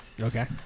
Okay